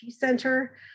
Center